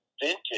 Vintage